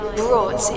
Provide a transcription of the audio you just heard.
brought